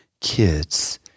kids